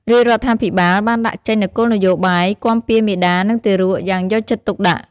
រាជរដ្ឋាភិបាលបានដាក់ចេញនូវគោលនយោបាយគាំពារមាតានិងទារកយ៉ាងយកចិត្តទុកដាក់។